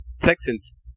Texans